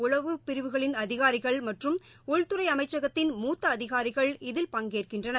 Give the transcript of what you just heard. உளவு பிரிவுகளின் அதிகாரிகள் மற்றும் உள்துறைஅமைச்சகத்தின் மூத்த அதிகாரிகள் இதில் பங்கேற்கின்றனர்